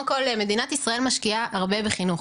מדינת ישראל משקיעה הרבה בחינוך.